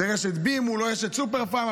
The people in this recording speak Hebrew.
רשת Be מול רשת סופר-פארם,